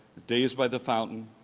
days by the fountain,